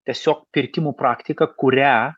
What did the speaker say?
tiesiog pirkimų praktika kurią